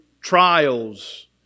trials